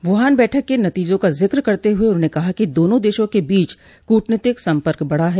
Wuhan बैठक के नतीजों का जिक्र करते हुए उन्होंने कहा कि दोनों देशों के बीच कूटनीतिक संपर्क बढ़ा है